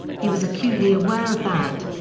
he was acutely aware of that.